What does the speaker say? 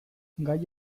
gai